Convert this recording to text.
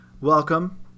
welcome